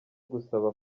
gusaba